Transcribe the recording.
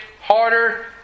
harder